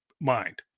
mind